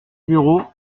bureau